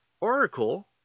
Oracle